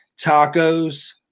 tacos